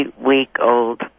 eight-week-old